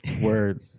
Word